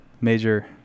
major